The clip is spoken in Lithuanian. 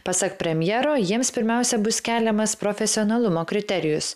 pasak premjero jiems pirmiausia bus keliamas profesionalumo kriterijus